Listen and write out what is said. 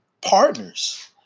partners